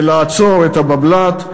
ולעצור את הבבל"ת,